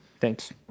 thanks